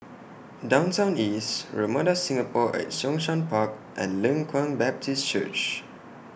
Downtown East Ramada Singapore At Zhongshan Park and Leng Kwang Baptist Church